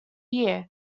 year